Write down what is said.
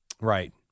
Right